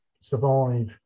survive